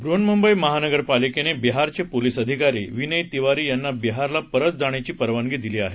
बृहन्मुंबई महापालिकेनं बिहारचे पोलीस अधिकारी विनय तिवारी यांना बिहारला परत जाण्याची परवानगी दिली आहे